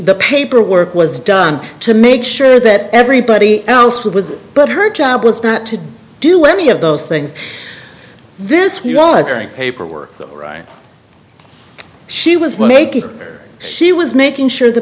the paperwork was done to make sure that everybody else was but her job was not to do any of those things this was paperwork right she was making here she was making sure the